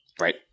Right